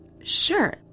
Sure